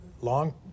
long